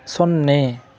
ಸೊನ್ನೆ